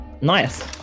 nice